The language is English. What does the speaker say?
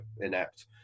inept